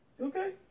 Okay